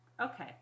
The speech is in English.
Okay